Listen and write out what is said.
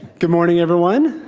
good morning everyone,